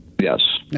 Yes